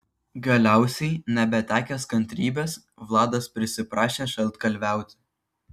galiausiai nebetekęs kantrybės vladas prisiprašė šaltkalviauti